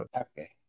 Okay